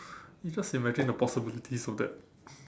you just imagine the possibilities of that